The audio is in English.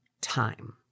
time